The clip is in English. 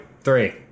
three